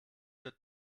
wird